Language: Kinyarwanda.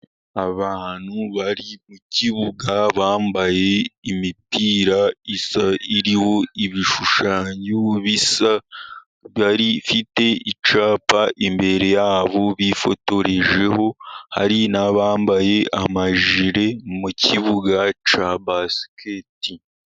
Abantu bari mu kibuga bambaye imipira iriho ibishushanyo bisa, barifite icyapa imbere yabo bifotorejeho, hari n'abambaye amajiri mu kibuga cya basiketi.